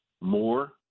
more